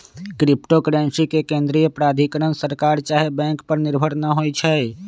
crypto currency के केंद्रीय प्राधिकरण सरकार चाहे बैंक पर निर्भर न होइ छइ